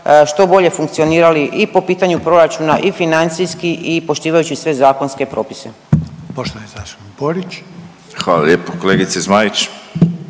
što bolje funkcionirali i po pitanju proračuna i financijski i poštivajući sve zakonske propise.